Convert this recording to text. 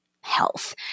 health